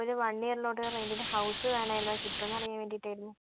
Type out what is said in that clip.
ഒരു വൺ ഇയറിലോട്ട് റെന്റിന്റെ ഹൗസ് വേണമായിരുന്നു കിട്ടുവോ എന്ന് അറിയാൻ വേണ്ടിയിട്ടായിരുന്നു